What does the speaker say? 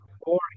boring